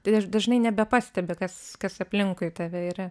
tai ir dažnai nebepastebi kas kas aplinkui tave yra